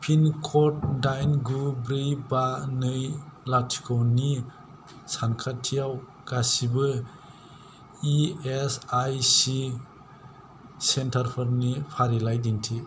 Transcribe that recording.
पिनकड दाइन गु ब्रै बा नै लाथिख' नि सानखाथियाव गासिबो इ एस आइ सि सेन्टारफोरनि फारिलाइ दिन्थि